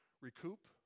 recoup